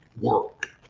work